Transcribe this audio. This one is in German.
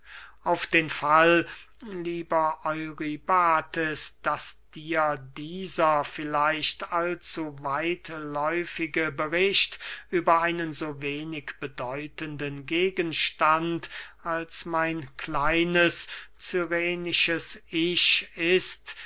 auf den fall lieber eurybates daß dir dieser vielleicht allzu weitläufige bericht über einen so wenig bedeutenden gegenstand als mein kleines cyrenisches ich ist